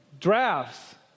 Drafts